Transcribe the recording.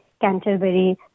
Canterbury